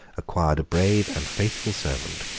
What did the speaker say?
acquired a brave and faithful servant,